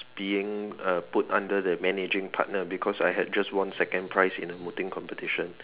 being uh put under the managing partner because I had just won second prize in a voting competition